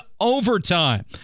overtime